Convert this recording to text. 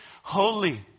holy